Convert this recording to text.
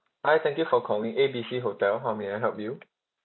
hi thank you for calling A B C hotel how may I help you